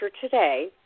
today